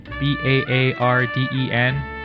B-A-A-R-D-E-N